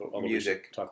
music